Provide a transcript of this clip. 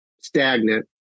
stagnant